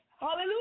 Hallelujah